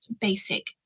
basic